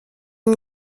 une